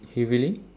heavily